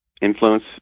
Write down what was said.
influence